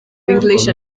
english